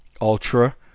ultra